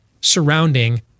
surrounding